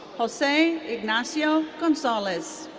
jose ignacio gonzalez